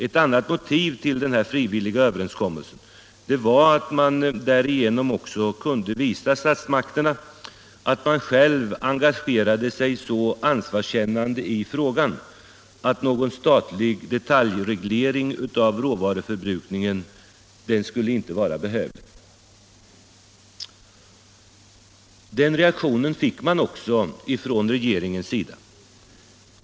Ett annat motiv till den frivilliga överenskommelsen var att man därigenom också kunde visa statsmakterna att man själv engagerade sig så ansvarskännande i frågan att någon statlig detaljreglering av råvaruförbrukningen inte skulle vara behövlig. Den reaktionen fick man också från regeringens sida.